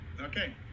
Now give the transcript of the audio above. Okay